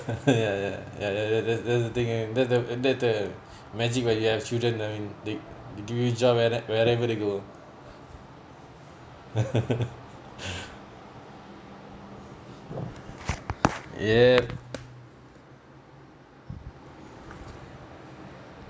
uh ya ya ya ya that's that's the thing that that that the magic when you have children I mean they they give you joy wherev~ wherever they go ya